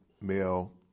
male